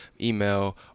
Email